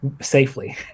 safely